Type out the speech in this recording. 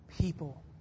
people